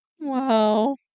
Wow